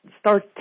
start